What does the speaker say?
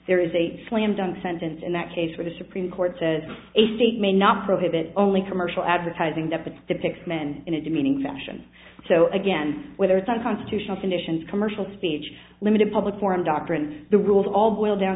there is a slam dunk sentence in that case where the supreme court says a state may not prohibit only commercial advertising that depicts men in a demeaning fashion so again whether it's unconstitutional conditions commercial speech limited public forum doctrine the rules all boil down